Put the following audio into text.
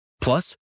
Plus